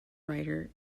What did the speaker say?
writer